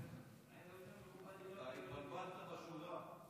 אתה התבלבלת בשורה.